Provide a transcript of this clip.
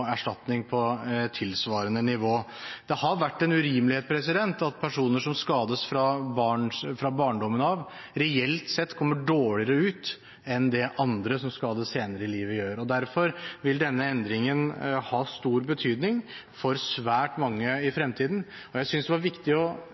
erstatning på tilsvarende nivå. Det har vært en urimelighet at personer som skades i barndommen, reelt sett kommer dårligere ut enn det andre som skades senere i livet, gjør. Derfor vil denne endringen ha stor betydning for svært mange i fremtiden. Jeg synes det var viktig å